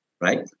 right